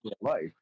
life